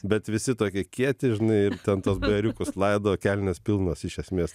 bet visi tokie kieti žinai ir ten tuos bajeriukus laido o kelnės pilnos iš esmės